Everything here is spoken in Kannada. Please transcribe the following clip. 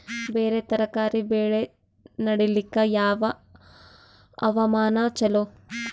ಬೇರ ತರಕಾರಿ ಬೆಳೆ ನಡಿಲಿಕ ಯಾವ ಹವಾಮಾನ ಚಲೋ?